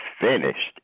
finished